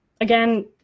again